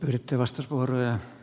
rastasvuoroja